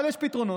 אבל יש פתרונות.